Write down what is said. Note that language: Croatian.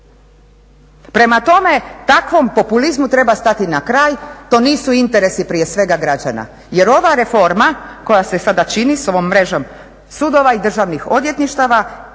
Prema tome, takvom populizmu treba stati na kraj. To nisu interesi prije svega građana. Jer ova reforma koja se sada čini s ovom mrežom sudova i državnih odvjetništava